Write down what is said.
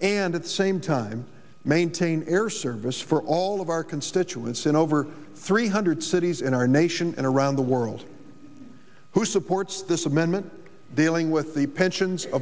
and at same time maintain air service for all of our constituents in over three hundred cities in our nation and around the world who supports this amendment dealing with the pensions of